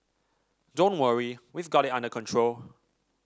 don't worry we've got it under control